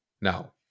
Now